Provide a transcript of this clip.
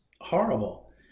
horrible